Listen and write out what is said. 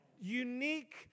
unique